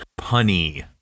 punny